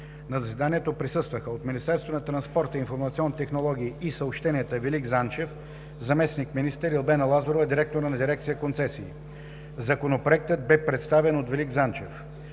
На заседанието присъстваха от Министерството на транспорта, информационните технологии и съобщенията: Велик Занчев – заместник-министър, и Албена Лазарова – директор на Дирекция „Концесии“. Законопроектът бе представен от Велик Занчев.